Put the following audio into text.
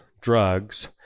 drugs